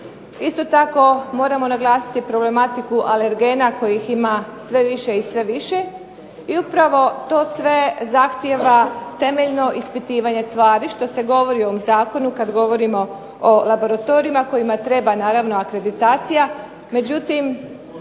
Isto tako moramo naglasiti problematiku alergena kojih ima sve više i sve više. I upravo to sve zahtijeva temeljno ispitivanje tvari što se govori u ovom zakonu kad govorimo o laboratorijima kojima treba naravno akreditacija. Međutim,